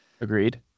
Agreed